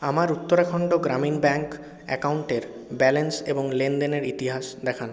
আমার উত্তরাখণ্ড গ্রামীণ ব্যাঙ্ক অ্যাকাউন্টের ব্যালেন্স এবং লেনদেনের ইতিহাস দেখান